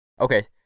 okay